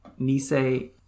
Nisei